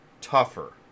tougher